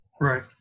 Right